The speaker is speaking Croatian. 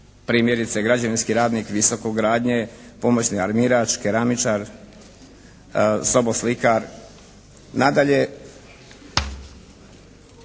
primjerice građevinski rad visokogradnje, pomoćni armirač, keramičar, soboslikar. Nadalje,